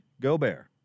Gobert